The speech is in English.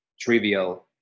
trivial